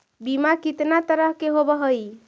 बीमा कितना तरह के होव हइ?